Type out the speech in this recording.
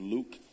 Luke